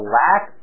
lack